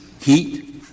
heat